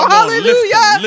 Hallelujah